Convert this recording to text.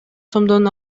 сомдон